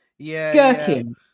gherkin